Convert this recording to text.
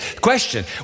Question